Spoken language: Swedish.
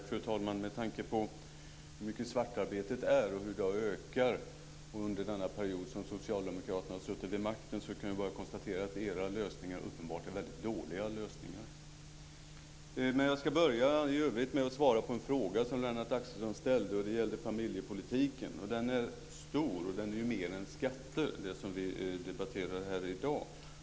Fru talman! Med tanke på hur mycket svartarbete som finns och ökningen under den period som Socialdemokraterna har suttit vid makten, kan jag bara konstatera att era lösningar uppenbarligen är dåliga lösningar. Jag ska i övrigt börja med att svara på en fråga som Lennart Axelsson ställde om familjepolitiken. Det är en stor fråga som rör mer än de skatter vi debatterar i dag.